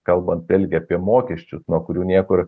kalbant vėlgi apie mokesčius nuo kurių niekur